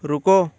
रुको